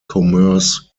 commerce